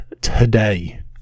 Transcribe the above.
today